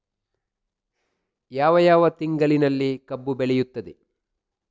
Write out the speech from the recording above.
ಯಾವ ಯಾವ ತಿಂಗಳಿನಲ್ಲಿ ಕಬ್ಬು ಬೆಳೆಯುತ್ತದೆ?